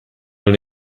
wohl